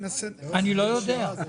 לא יודע.